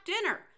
dinner